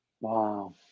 Wow